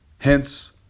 Hence